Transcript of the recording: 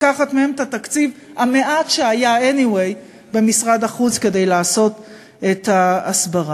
לקחת מהם את התקציב המועט שהיה anyway במשרד החוץ כדי לעשות את ההסברה?